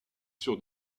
sur